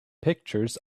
pictures